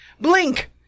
Blink